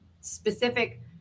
specific